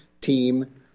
team